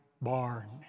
barn